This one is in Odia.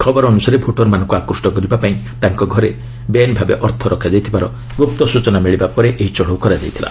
ଖବର ଅନୁସାରେ ଭୋଟରମାନଙ୍କୁ ଆକୃଷ୍ଟ କରିବା ପାଇଁ ତାଙ୍କ ଘରେ ବେଆଇନ ଭାବେ ଅର୍ଥ ରଖାଯାଇଥିବାର ଗୁପ୍ତ ସୂଚନା ମିଳିବାରୁ ଏହି ଚଢ଼ଉ କରାଯାଇଥିଲା